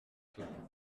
soudan